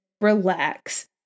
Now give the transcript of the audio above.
relax